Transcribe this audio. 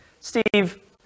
Steve